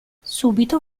subito